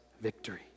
victory